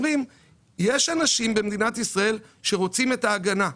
אומרים יש אנשים במדינת ישראל שרוצים את ההגנה.